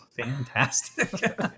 fantastic